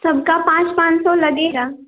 सबका पाँच पाँच सौ लगेगा